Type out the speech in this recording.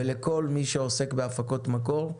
ולכל מי שעוסק בהפקות מקור.